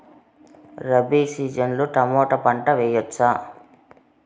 Rabi season లో tomato పంట వేయవచ్చా?